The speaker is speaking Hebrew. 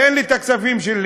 תן לי את הכספים שלי,